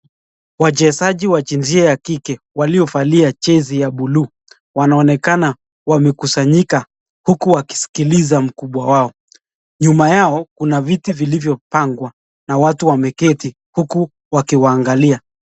Wachezaji wa jinsia ya kike waliovalia jezi ya buluu wanaonekana wamekusanyika huku wakisikiliza mkubwa wao. Nyuma yao kuna viti vilivyopangwa na watu wameketi huku wakiwaangalia.